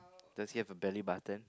does he have a belly button